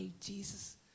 Jesus